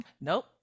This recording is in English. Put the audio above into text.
Nope